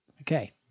Okay